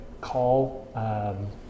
call